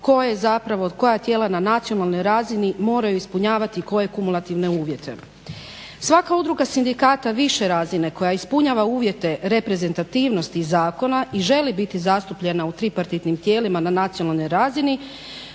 tko je zapravo, koja tijela na nacionalnoj razini moraju ispunjavati koje kumulativne uvjete. Svaka udruga sindikata više razine koja ispunjava uvjete reprezentativnosti zakona i želi biti zastupljena u tripartitnim tijelima na nacionalnoj razini